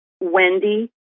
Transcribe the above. Wendy